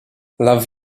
love